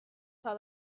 saw